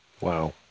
Wow